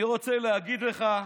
אני רוצה להגיד לך,